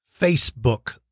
Facebook